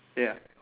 ya